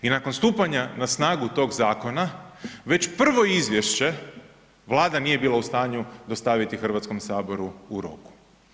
I nakon stupanja na snagu tog zakona, već prvo izvješće Vlada nije bila u stanju dostaviti Hrvatskom saboru u roku.